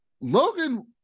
Logan